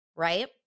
right